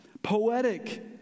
Poetic